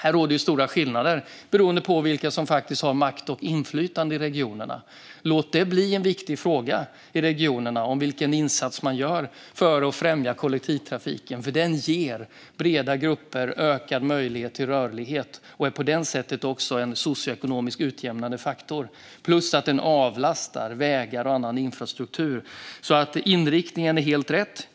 Här råder stora skillnader beroende på vilka som har makt och inflytande i regionerna. Låt det bli en viktig fråga i regionerna vilken insats man gör för att främja kollektivtrafiken, för den ger breda grupper ökad möjlighet till rörlighet och är på det sättet också en socioekonomiskt utjämnande faktor, plus att den avlastar vägar och annan infrastruktur. Inriktningen är alltså helt rätt.